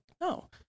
no